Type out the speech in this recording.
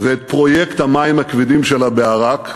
ואת פרויקט המים הכבדים שלה באראכ,